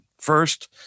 first